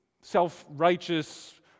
self-righteous